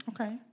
Okay